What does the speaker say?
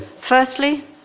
Firstly